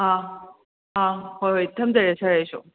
ꯑꯥ ꯑꯥ ꯍꯣꯏ ꯍꯣꯏ ꯊꯝꯖꯔꯦ ꯁꯥꯔ ꯑꯩꯁꯨ